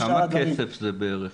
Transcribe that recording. כמה כסף זה בערך?